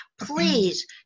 Please